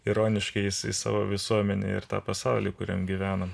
ironiškai į savo visuomenę ir tą pasaulį kuriam gyvenam